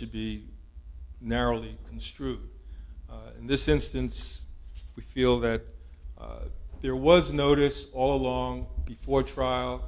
should be narrowly construed in this instance we feel that there was a notice all along before trial